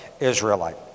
Israelite